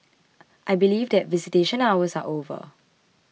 I believe that visitation hours are over